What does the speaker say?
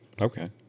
Okay